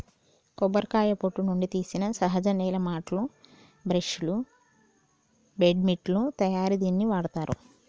కొబ్బరికాయ పొట్టు నుండి తీసిన సహజ నేల మాట్లు, బ్రష్ లు, బెడ్శిట్లు తయారిలో దీనిని వాడతారు